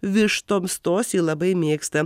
vištoms tos jį labai mėgsta